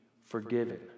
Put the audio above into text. forgiven